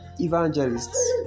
evangelists